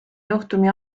juhtumi